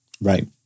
Right